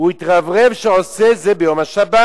הוא התרברב שהוא עושה את זה ביום השבת,